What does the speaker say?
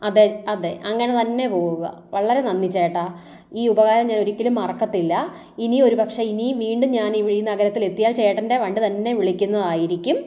അതെ അതെ അങ്ങനെ തന്നെ പോവുക വളരെ നന്ദി ചേട്ടാ ഈ ഉപകാരം ഞാൻ ഒരിക്കലും മറക്കത്തില്ല ഇനി ഒരു പക്ഷേ ഇനി വീണ്ടും ഞാൻ ഈ നഗരത്തിൽ എത്തിയാൽ ചേട്ടൻ്റെ വണ്ടി തന്നെ വിളിക്കുന്നതായിരിക്കും